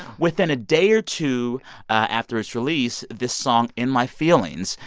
within a day or two after its release, this song, in my feelings,